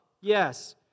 Yes